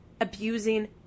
abusing